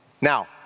Now